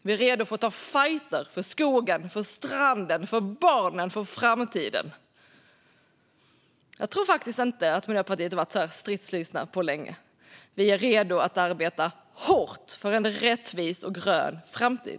Vi är redo att ta fajten för skogen, stranden, barnen och framtiden. Jag tror faktiskt inte att Miljöpartiet har varit så stridslystet på länge. Vi är redo att arbeta hårt för en rättvis och grön framtid.